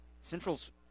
Central's